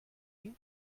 you